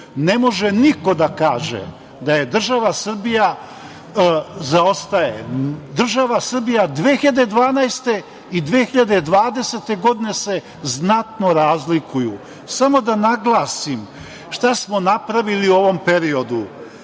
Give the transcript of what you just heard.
Ne može niko da kaže da država Srbija zaostaje. Država Srbija 2012. godine i 2020. godine se znatno razlikuju. Samo da naglasim šta smo napravili u ovom periodu.